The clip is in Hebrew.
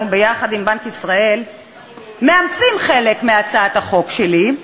ביחד עם בנק ישראל מאמצים חלק מהצעת החוק שלי,